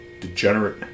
degenerate